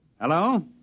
Hello